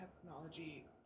technology